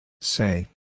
Say